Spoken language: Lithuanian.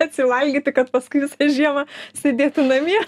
atsivalgyti kad paskui visą žiemą sėdėti namie